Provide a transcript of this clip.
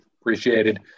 Appreciated